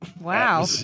Wow